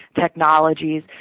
technologies